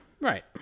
Right